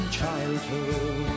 childhood